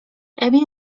emil